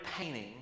painting